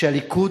שהליכוד,